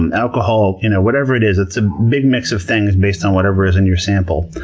and alcohol, you know whatever it is, it's a big mix of things based on whatever is in your sample.